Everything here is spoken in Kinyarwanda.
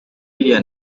biriya